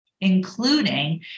including